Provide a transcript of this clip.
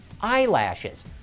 eyelashes